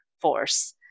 force